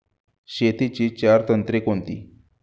शेतीची चार तंत्रे कोणती?